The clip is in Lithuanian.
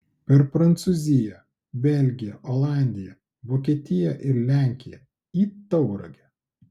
per prancūziją belgiją olandiją vokietiją ir lenkiją į tauragę